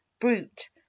brute